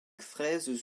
fraises